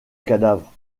cadavre